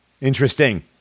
Interesting